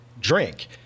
drink